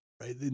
right